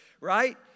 right